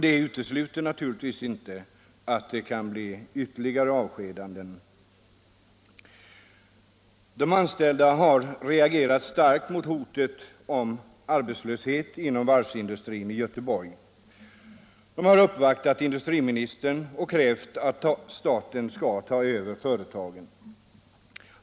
Det utesluts heller inte att det kan bli fråga om ytterligare avskedanden. De anställda har reagerat starkt mot hotet om arbetslöshet inom varvsindustrin i Göteborg. De har uppvaktat industriministern och krävt att staten skall ta över företagen.